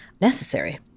necessary